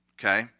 Okay